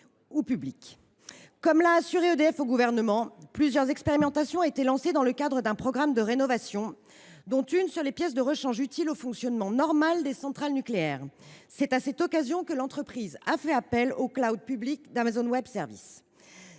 ou public. Comme l’a assuré EDF au Gouvernement, plusieurs expérimentations ont été lancées dans le cadre d’un programme de rénovation, dont une sur les pièces de rechange utiles au fonctionnement normal des centrales nucléaires. C’est à cette occasion que l’entreprise a fait appel au public d’Amazon Web Services